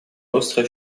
остро